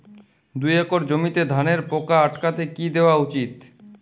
দুই একর জমিতে ধানের পোকা আটকাতে কি দেওয়া উচিৎ?